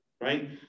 right